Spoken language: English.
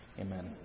Amen